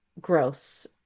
gross